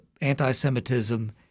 anti-Semitism